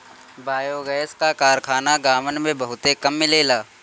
biogas क कारखाना गांवन में बहुते कम मिलेला